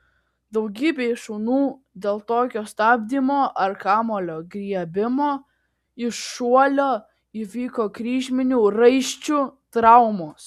daugybei šunų dėl tokio stabdymo ar kamuolio griebimo iš šuolio įvyko kryžminių raiščių traumos